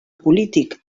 polític